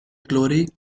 glory